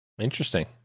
interesting